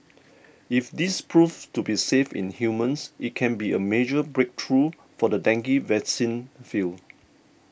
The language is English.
if this proves to be safe in humans it can be a major breakthrough for the dengue vaccine field